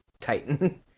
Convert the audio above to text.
Titan